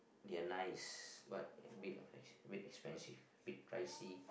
they are nice but a bit of a bit expensive a bit pricey